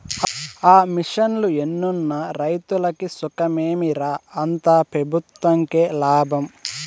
ఆ మిషన్లు ఎన్నున్న రైతులకి సుఖమేమి రా, అంతా పెబుత్వంకే లాభం